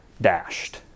dashed